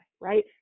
right